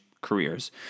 careers